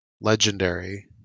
Legendary